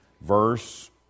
verse